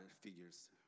figures